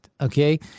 Okay